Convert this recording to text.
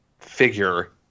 figure